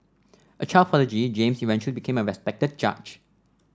a child prodigy James eventually became a respected judge